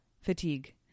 fatigue